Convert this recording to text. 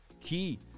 Key